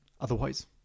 Otherwise